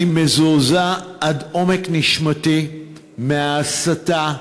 אני מזועזע עד עומק נשמתי מההסתה,